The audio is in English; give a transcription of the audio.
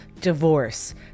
divorce